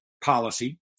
policy